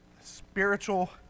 spiritual